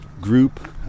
group